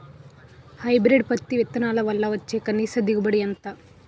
Hybrid పత్తి విత్తనాలు వల్ల వచ్చే కనీస దిగుబడి ఎంత?